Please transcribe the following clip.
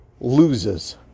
loses